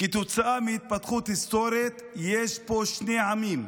כתוצאה מהתפתחות היסטורית יש פה שני עמים.